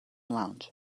lounge